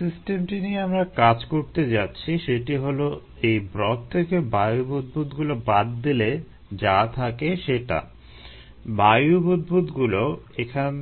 যে সিস্টেমটি নিয়ে আমরা কাজ করতে যাচ্ছি সেটি হলো এই ব্রথ সমীকরণ যেখান